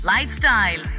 Lifestyle